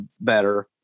better